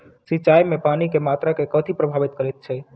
सिंचाई मे पानि केँ मात्रा केँ कथी प्रभावित करैत छै?